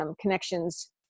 connections